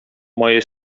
moje